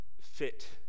fit